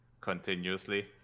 Continuously